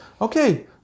Okay